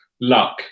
luck